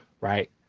right